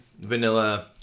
vanilla